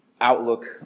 outlook